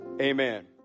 amen